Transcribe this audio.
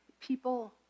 People